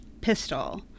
pistol